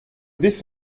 this